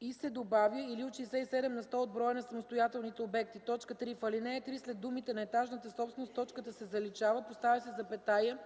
и се добавя „или от 67 на сто от броя на самостоятелните обекти”. 3. В ал. З след думите на „етажната собственост” точката се заличава, поставя се запетая